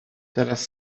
teraz